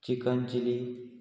chicken chilly